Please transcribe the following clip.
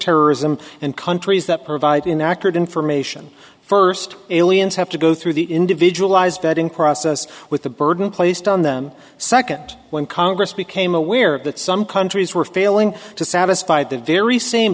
terrorism and countries that provide inaccurate information first aliens have to go through the individual eyes vetting process with the burden placed on them second when congress became aware that some countries were failing to satisfy the very same